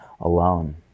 alone